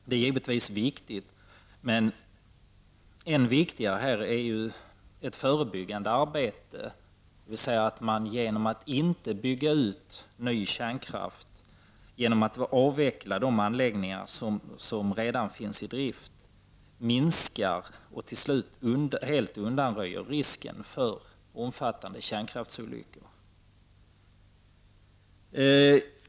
Det är givetvis viktigt, men än viktigare här är det förebyggande arbetet, dvs. att man genom att inte bygga ut ny kärnkraft och genom att avveckla de anläggningar som redan finns i drift minskar och till slut helt undanröjer risken för omfattande kärnkraftsolyckor.